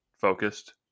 focused